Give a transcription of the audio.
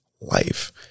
life